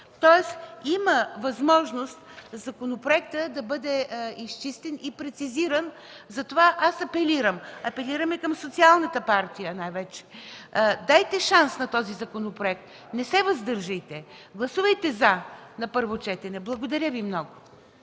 тоест има възможност законопроектът да бъде изчистен и прецизиран. Затова аз апелирам, апелирам и към социалната партия най-вече, дайте шанс на този законопроект, не се въздържайте – гласувайте „за” на първо четене. Благодаря Ви много.